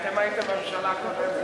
אתם הייתם בממשלה הקודמת.